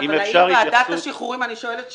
אבל אני שואלת שאלה,